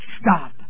stop